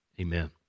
Amen